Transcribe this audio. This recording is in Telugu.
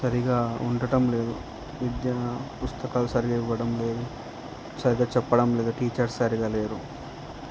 సరిగ్గా ఉండటం లేదు విద్యా పుస్తకాలు సరిగ్గా ఇవ్వడం లేదు సరిగ్గా చెప్పడం లేదు టీచర్స్ సరిగ్గా లేరు